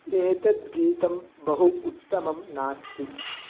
एतद् गीतं बहु उत्तमं नास्ति